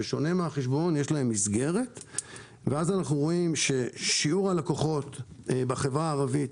אנחנו רואים ששיעור הלקוחות בחברה הערבית